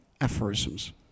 aphorisms